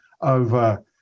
over